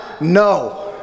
no